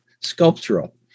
sculptural